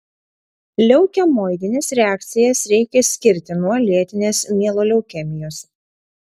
leukemoidines reakcijas reikia skirti nuo lėtinės mieloleukemijos